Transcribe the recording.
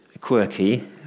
quirky